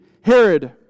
Herod